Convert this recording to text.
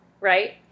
right